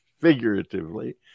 figuratively